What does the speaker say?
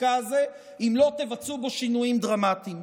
החקיקה הזה אם לא תבצעו בו שינויים דרמטיים.